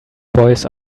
boys